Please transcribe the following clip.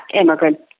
immigrant